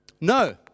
no